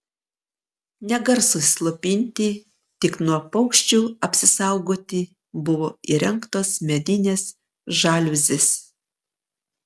ne garsui slopinti tik nuo paukščių apsisaugoti buvo įrengtos medinės žaliuzės